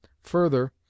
Further